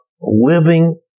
living